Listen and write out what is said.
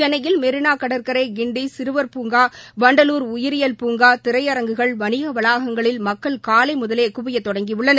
சென்னையில் மெரினாகடற்கரை கிண்டிசிறுவர்பூங்கா வண்டலூர் உயிரியல் பூங்கா திரையரங்குகள் வணிகவளாகங்களில் மக்கள் காலைமுதலேகுவியத் தொடங்கியுள்ளனர்